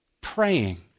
praying